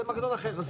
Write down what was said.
זה מנגנון אחר.